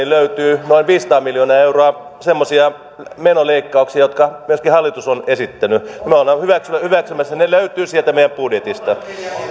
löytyy noin viisisataa miljoonaa euroa semmoisia menoleikkauksia jotka myöskin hallitus on esittänyt me olemme hyväksymässä ne ne löytyvät sieltä meidän budjetistamme